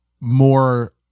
more